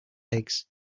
eggs